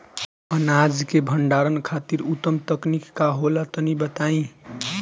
अनाज के भंडारण खातिर उत्तम तकनीक का होला तनी बताई?